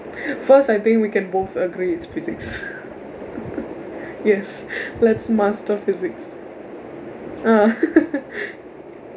first I think we can both agree it's physics yes let's master physics ah